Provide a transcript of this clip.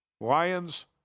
Lions